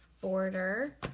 border